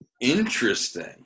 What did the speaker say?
Interesting